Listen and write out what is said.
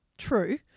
true